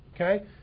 Okay